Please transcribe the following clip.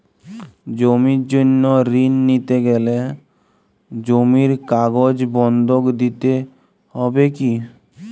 জমির জন্য ঋন নিতে গেলে জমির কাগজ বন্ধক দিতে হবে কি?